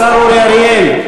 השר אורי אריאל.